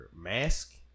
mask